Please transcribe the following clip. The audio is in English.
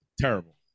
Terrible